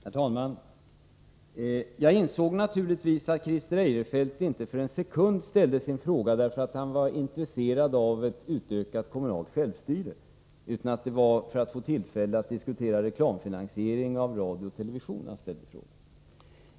Herr talman! Jag insåg naturligtvis att Christer Eirefelt inte för en sekund ställde sin fråga därför att han var intresserad av ett utökat kommunalt självstyre utan att han gjorde det för att få tillfälle att diskutera reklamfinansiering av radio och television.